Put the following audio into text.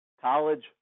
college